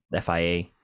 FIA